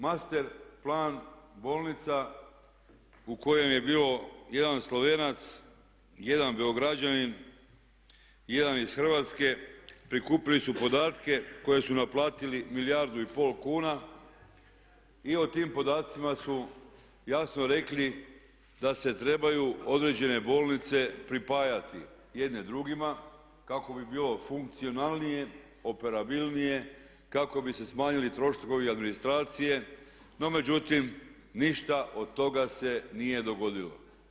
Master plan bolnica u kojem je bio jedan Slovenac, jedan Beograđanin, jedan iz Hrvatske prikupili su podatke koje su naplatili milijardu i pol kuna i o tim podacima su jasno rekli da se trebaju određene bolnice pripajati jedne drugima kako bi bilo funkcionalnije, operabilnije, kako bi se smanjili troškovi administracije no međutim ništa od toga se nije dogodilo.